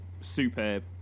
superb